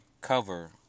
cover